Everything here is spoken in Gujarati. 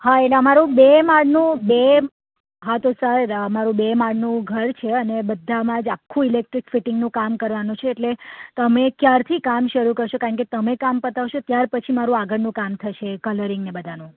હા એટલે અમારું બે માળનું બે હા તો સર અમારું બે માળનું ઘર છે અને બધામાં જ આખું ઇલેક્ટ્રિક ફિટિંગનું કામ કરવાનું છે એટલે તમે ક્યારથી કામ શરૂ કરશો કારણ કે તમે કામ પતાવશો ત્યાર પછી મારું આગળનું કામ થશે કલરિંગ ને બધાનું